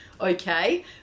okay